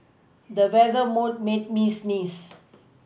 the weather would made me sneeze